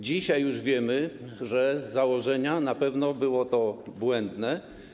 Dzisiaj już wiemy, że z założenia na pewno było to błędne.